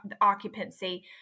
occupancy